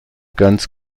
ganz